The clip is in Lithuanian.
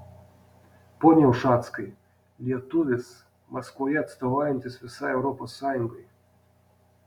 pone ušackai lietuvis maskvoje atstovaujantis visai europos sąjungai